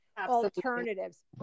alternatives